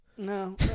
No